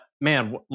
man